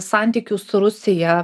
santykių su rusija